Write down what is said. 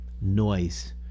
noise